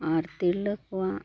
ᱟᱨ ᱛᱤᱨᱞᱟᱹ ᱠᱚᱣᱟᱜ